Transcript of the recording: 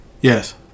Yes